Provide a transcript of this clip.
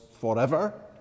forever